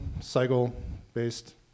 cycle-based